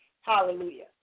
Hallelujah